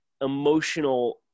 emotional –